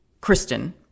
Kristen